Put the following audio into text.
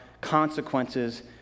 consequences